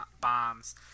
bombs